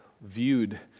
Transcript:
viewed